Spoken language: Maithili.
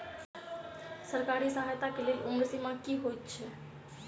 सरकारी सहायता केँ लेल उम्र सीमा की हएत छई?